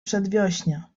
przedwiośnia